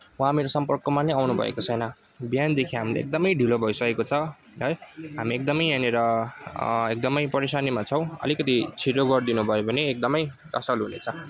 उहाँ मेरो सम्पर्कमा नै आउनुभएको छैन बिहानदेखि हामीले एकदमै ढिलो भइसकेको छ है हामी एकदमै यहाँनिर एकदमै परेसानीमा छौँ अलिकति छिटो गरिदिनुभयो भने एकदमै असल हुनेछ